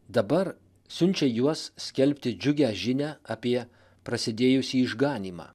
dabar siunčia juos skelbti džiugią žinią apie prasidėjusį išganymą